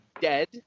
dead